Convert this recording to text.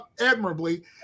admirably